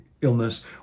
illness